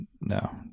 No